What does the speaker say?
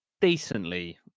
decently